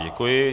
Děkuji.